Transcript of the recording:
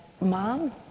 Mom